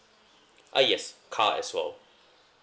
ah yes car as well